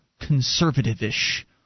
conservative-ish